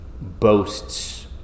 boasts